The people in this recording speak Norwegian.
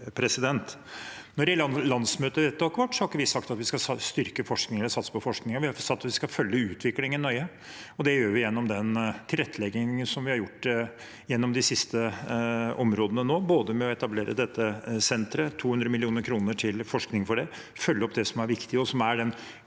gjelder landsmøtevedtaket vårt, har vi ikke sagt at vi skal styrke forskningen eller satse på forskningen. Vi har sagt at vi skal følge utviklingen nøye. Det gjør vi gjennom den tilretteleggingen som vi har gjort på disse områdene nå, både med å etablere dette senteret – 200 mill. kr til forskning på det – følge opp det som er viktig, og som er en